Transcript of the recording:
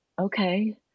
okay